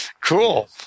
Cool